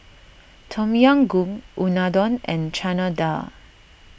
Tom Yam Goong Unadon and Chana Dal